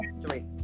three